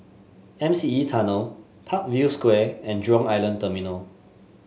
M C E Tunnel Parkview Square and Jurong Island Terminal